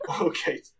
Okay